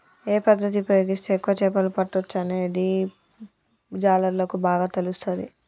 ఏ పద్దతి ఉపయోగిస్తే ఎక్కువ చేపలు పట్టొచ్చనేది జాలర్లకు బాగా తెలుస్తది